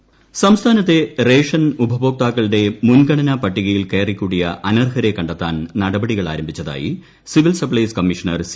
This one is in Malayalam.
സിവിൽ സപ്ലൈസ് ഇൻളട്രിാ സംസ്ഥാനത്തെ റ്റേഷൻ ഉപഭോക്താക്കളുടെ മുൻഗണനാ പട്ടികയിൽ കയറിക്കൂടിയ് അനർഹരെ കണ്ടെത്താൻ നടപടികൾ ആരംഭിച്ചതായി സിവിൽ സപ്ലൈസ് കമ്മീഷണർ സി